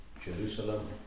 Jerusalem